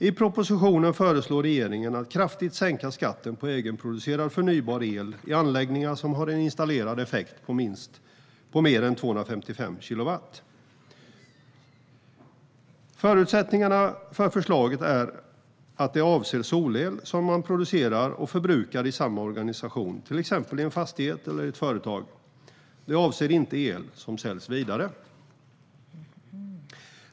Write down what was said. I propositionen föreslår regeringen att kraftigt sänka skatten på egenproducerad förnybar el i anläggningar som har en installerad effekt på mer än 255 kilowatt. Förutsättningarna för förslaget är att det avser solel som man producerar och förbrukar i samma organisation, till exempel i en fastighet eller ett företag. Det avser inte el som säljs vidare.